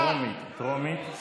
טרומית, טרומית.